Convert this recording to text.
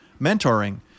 mentoring